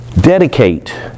dedicate